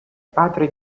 padre